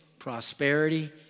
Prosperity